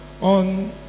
on